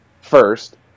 first